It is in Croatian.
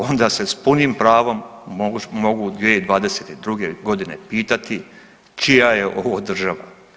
Onda se s punim pravom mogu 2022.g. pitati čija je ovo država.